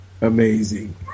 amazing